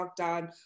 lockdown